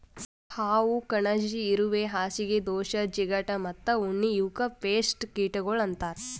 ಹಾವು, ಕಣಜಿ, ಇರುವೆ, ಹಾಸಿಗೆ ದೋಷ, ಚಿಗಟ ಮತ್ತ ಉಣ್ಣಿ ಇವುಕ್ ಪೇಸ್ಟ್ ಕೀಟಗೊಳ್ ಅಂತರ್